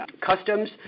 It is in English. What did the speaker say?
customs